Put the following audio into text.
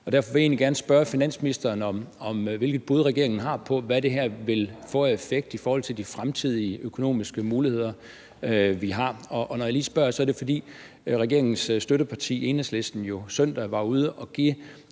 Derfor vil jeg egentlig gerne spørge finansministeren om, hvilke bud han har på, hvad det her vil få af effekt i forhold til de fremtidige økonomiske muligheder, vi har. Når jeg spørger, er det, fordi regeringens støtteparti Enhedslisten i søndags jo var ude og give